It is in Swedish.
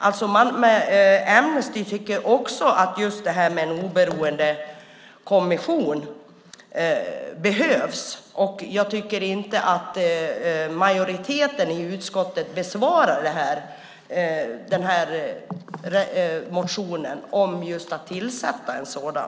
Amnesty tycker också att en oberoende kommission behövs. Jag tycker inte att majoriteten i utskottet besvarar motionen om att tillsätta en sådan.